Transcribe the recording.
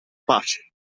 pace